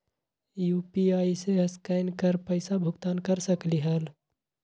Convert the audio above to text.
UPI से scan कर पईसा भुगतान कर सकलीहल?